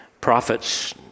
prophets